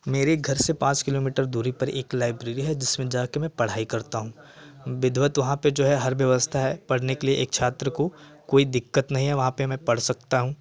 मेरी घर से पाँच किलोमीटर दूरी पर एक लाइब्रेरी है जिसमें जाकर मैं पढ़ाई करता हूँ विधुवत वहाँ पर जो है हर व्यवस्था है पढ़ने के लिए एक छात्र को कोई दिक्कत नहीं है वहाँ पर मैं पढ़ सकता हूँ